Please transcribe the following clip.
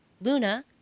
Luna